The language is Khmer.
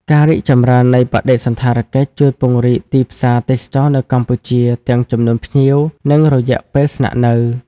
ការរីកចម្រើននៃបដិសណ្ឋារកិច្ចជួយពង្រីកទីផ្សារទេសចរណ៍នៅកម្ពុជា ទាំងចំនួនភ្ញៀវ និងរយៈពេលស្នាក់នៅ។